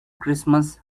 christmas